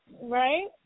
Right